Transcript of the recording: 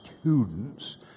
students